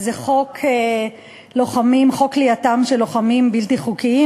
הוא חוק כליאתם של לוחמים בלתי חוקיים.